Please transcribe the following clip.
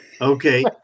Okay